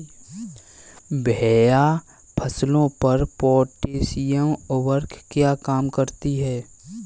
भैया फसलों पर पोटैशियम उर्वरक क्या काम करती है?